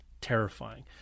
terrifying